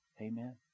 Amen